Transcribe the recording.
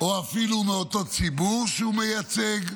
או אפילו מאותו ציבור שהוא מייצג,